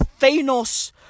Thanos